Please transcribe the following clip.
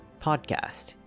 podcast